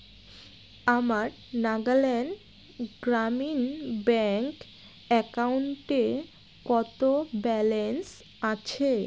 আমার নাগাল্যান গ্রামীণ ব্যাংক অ্যাকাউন্টে কতো ব্যালেন্স আছে